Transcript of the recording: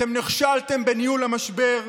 אתם נכשלתם בניהול המשבר.